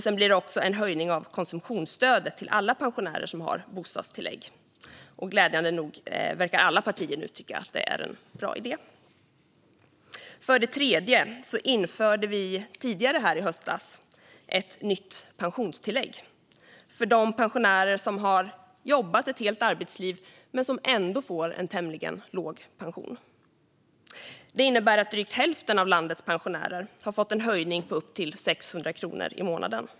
Sedan blir det också en höjning av konsumtionsstödet till alla pensionärer som har bostadstillägg. Glädjande nog verkar alla partier nu tycka att det är en bra idé. För det tredje införde vi tidigare i höstas ett nytt pensionstillägg för de pensionärer som har jobbat ett helt arbetsliv men som ändå får en tämligen låg pension. Det innebär att drygt hälften av landets pensionärer har fått en höjning på upp till 600 kronor i månaden.